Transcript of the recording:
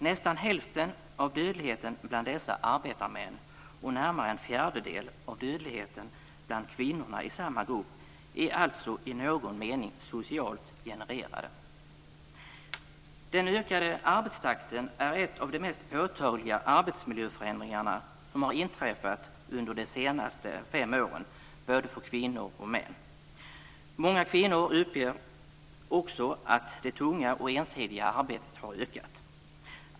Nästan hälften av dödligheten bland dessa arbetarmän och närmare en fjärdedel av dödligheten bland kvinnorna i samma grupp är alltså i någon mening socialt genererade. Den ökade arbetstakten är en av de mest påtagliga arbetsmiljöförändringar som inträffat under de senaste fem åren, både för kvinnor och män. Många kvinnor uppger också att det tunga och ensidiga arbetet har ökat.